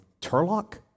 Turlock